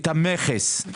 את המכס,